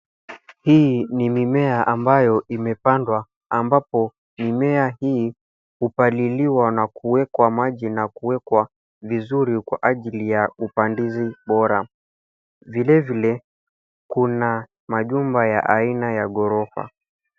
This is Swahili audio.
Hii ni mimea ambayo imepandwa ambapo mimea hii hupaliliwa na kuwekwa maji na kuwekwa vizuri kwa ajili ya upandizi bora. Vilevile kuna majumba ya aina ya ghorofa.